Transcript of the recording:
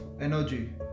energy